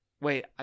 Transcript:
wait